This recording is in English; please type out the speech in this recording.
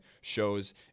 shows